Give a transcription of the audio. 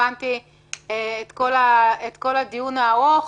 הבנתי את כל הדיון הארוך.